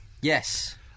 yes